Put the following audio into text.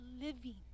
living